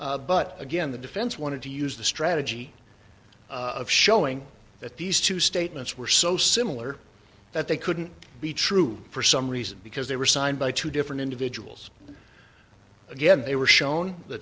comment but again the defense wanted to use the strategy of showing that these two statements were so similar that they couldn't be true for some reason because they were signed by two different individuals again they were shown the